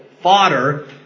fodder